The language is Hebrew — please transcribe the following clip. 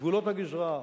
גבולות הגזרה,